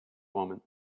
moment